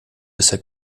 bisher